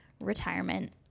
retirement